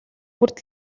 бүрд